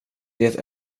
det